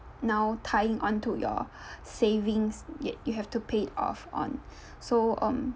now tying onto your savings yet you have to pay it off on so um